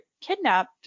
kidnapped